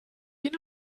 ihn